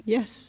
Yes